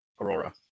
Aurora